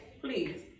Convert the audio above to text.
Please